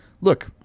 look